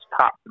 top